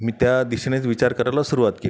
मी त्या दिशेनेच विचार करायला सुरुवात केली